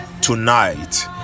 tonight